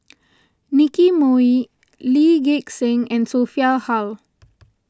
Nicky Moey Lee Gek Seng and Sophia Hull